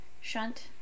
shunt